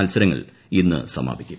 മൽസരങ്ങൾ ഇന്ന് സമാപിക്കും